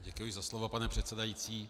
Děkuji za slovo, pane předsedající.